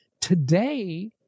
Today